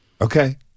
Okay